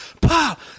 pop